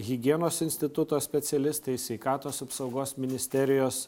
higienos instituto specialistai sveikatos apsaugos ministerijos